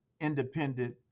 independent